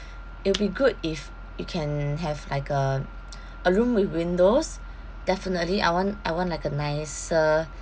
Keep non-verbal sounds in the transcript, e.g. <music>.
it'll be good if it can have like a <noise> a room with windows definitely I want I want like a nicer